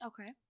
Okay